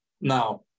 now